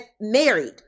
married